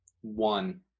One